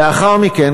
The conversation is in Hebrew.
לאחר מכן,